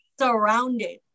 surrounded